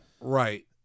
Right